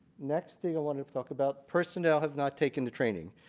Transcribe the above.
next thing i want to talk about personnel have not taken the training.